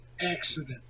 accident